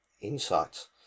insights